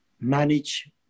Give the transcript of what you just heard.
manage